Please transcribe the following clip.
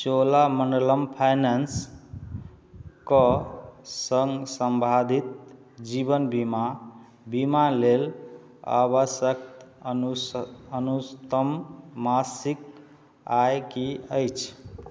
Cholamandalam finance कऽ सङ्ग संवाधि जीवन बीमा बीमा लेल आवश्यक अनुस अनुस्तम मासिक आय की अछि